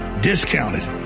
discounted